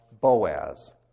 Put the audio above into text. Boaz